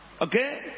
Okay